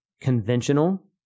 conventional